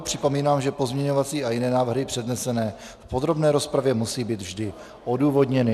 Připomínám, že pozměňovací a jiné návrhy přednesené v podrobné rozpravě musí být vždy odůvodněny.